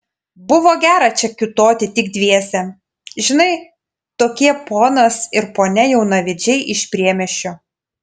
buvo gera čia kiūtoti tik dviese žinai tokie ponas ir ponia jaunavedžiai iš priemiesčio